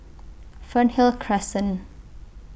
Fernhill Crescent